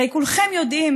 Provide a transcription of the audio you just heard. הרי כולכם יודעים,